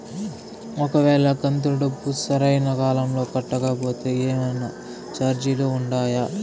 ఒక వేళ కంతు డబ్బు సరైన కాలంలో కట్టకపోతే ఏమన్నా చార్జీలు ఉండాయా?